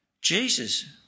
Jesus